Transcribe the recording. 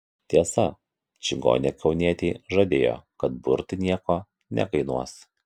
tiesa čigonė kaunietei žadėjo kad burtai nieko nekainuos